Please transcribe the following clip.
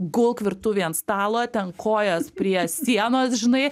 gulk virtuvėj ant stalo ten kojas prie sienos žinai